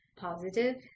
positive